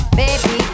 baby